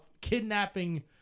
kidnapping